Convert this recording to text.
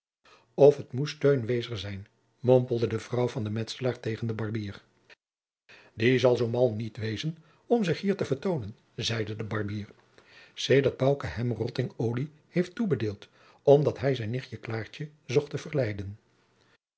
of het moest teun wezer zijn mompelde de vrouw van den metselaar tegen den barbier die zal zoo mal niet wezen om zich hier te vertoonen zeide de barbier sedert bouke hem rottingolie heeft toebedeeld omdat hij zijn nichtje klaartje zocht te verleiden